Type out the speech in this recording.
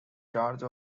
charge